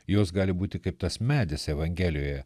jos gali būti kaip tas medis evangelijoje